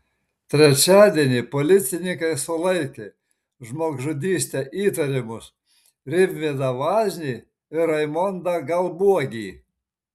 trečiadienį policininkai sulaikė žmogžudyste įtariamus rimvydą vaznį ir raimondą galbuogį